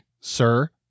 sir